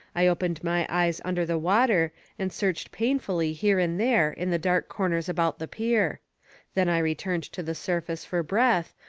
i opened my eyes under the water and searched painfully here and there in the dark corners about the pier then i returned to the surface for breath,